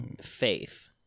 faith